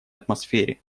атмосфере